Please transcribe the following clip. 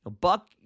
Buck